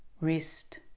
wrist